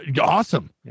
awesome